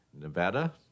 Nevada